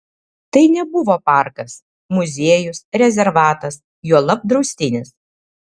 tai nebuvo parkas muziejus rezervatas juolab draustinis